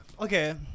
Okay